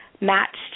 matched